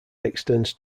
extends